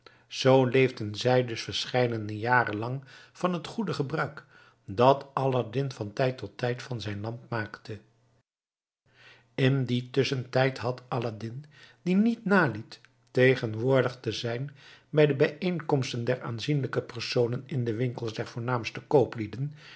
zoo leefden zij dus verscheidene jaren lang van het goede gebruik dat aladdin van tijd tot tijd van zijn lamp maakte in dien tusschentijd had aladdin die niet naliet tegenwoordig te zijn bij de bijeenkomsten der aanzienlijke personen in de winkels der voornaamste